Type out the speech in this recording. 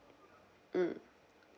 mm